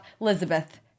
Elizabeth